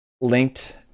linked